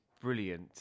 brilliant